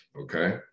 okay